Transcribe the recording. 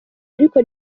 ariko